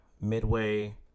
Midway